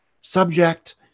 subject